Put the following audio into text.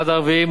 הצעד הרביעי,